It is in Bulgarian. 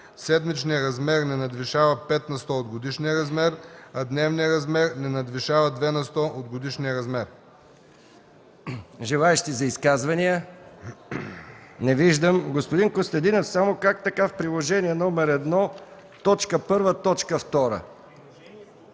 седмичният размер не надвишава 5 на сто от годишния размер, а дневният размер не надвишава 2 на сто от годишния размер.”